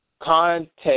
context